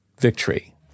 victory